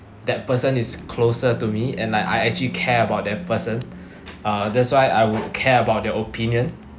that person is closer to me and I I actually care about that person uh that's why I would care about their opinion